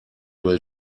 will